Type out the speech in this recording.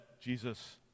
jesus